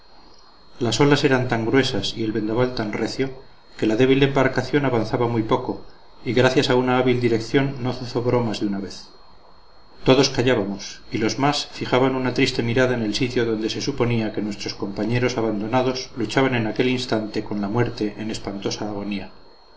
las olas eran tan gruesas y el vendaval tan recio que la débil embarcación avanzaba muy poco y gracias a una hábil dirección no zozobró más de una vez todos callábamos y los más fijaban una triste mirada en el sitio donde se suponía que nuestros compañeros abandonados luchaban en aquel instante con la muerte en espantosa agonía